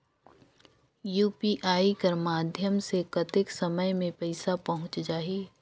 UPI कर माध्यम से कतेक समय मे पइसा पहुंच जाहि?